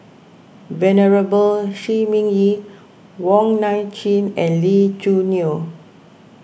Venerable Shi Ming Yi Wong Nai Chin and Lee Choo Neo